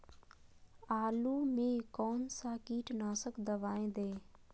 आलू में कौन सा कीटनाशक दवाएं दे?